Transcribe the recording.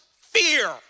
fear